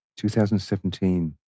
2017